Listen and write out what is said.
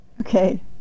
okay